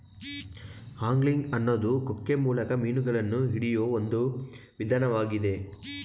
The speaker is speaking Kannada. ಆಂಗ್ಲಿಂಗ್ ಅನ್ನೋದು ಕೊಕ್ಕೆ ಮೂಲಕ ಮೀನುಗಳನ್ನ ಹಿಡಿಯೋ ಒಂದ್ ವಿಧಾನ್ವಾಗಿದೆ